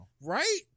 right